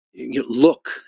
look